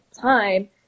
time